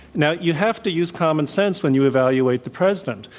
now, you have to use common sense when you evaluate the president.